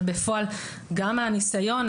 אבל בפועל גם מהניסיון,